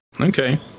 Okay